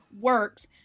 works